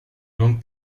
long